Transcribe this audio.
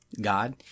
God